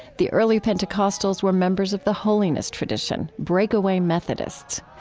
the early pentecostals were members of the holiness tradition, breakaway methodists.